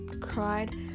cried